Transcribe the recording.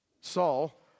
Saul